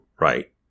right